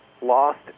lost